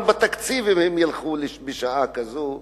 בתקציב אם הם ילכו בשעה כזאת למסעדה,